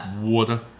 Water